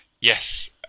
Yes